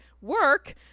work